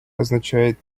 означает